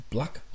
Black